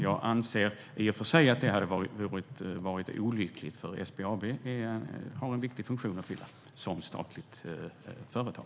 Jag anser i och för sig att det hade varit olyckligt, för SBAB har en viktig funktion att fylla som statligt företag.